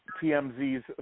TMZ's